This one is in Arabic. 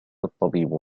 الطبيب